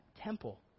temple